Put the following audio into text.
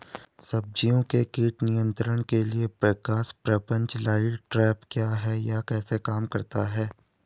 सब्जियों के कीट नियंत्रण के लिए प्रकाश प्रपंच लाइट ट्रैप क्या है यह कैसे काम करता है?